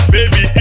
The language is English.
Baby